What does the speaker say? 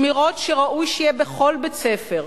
שמירות שראוי שיהיו בכל בית-ספר,